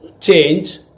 change